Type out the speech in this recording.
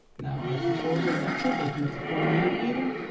now are controls are active open up the form navigator